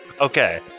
Okay